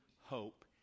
hope